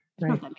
Right